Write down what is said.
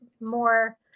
more